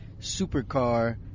supercar